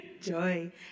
joy